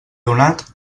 donat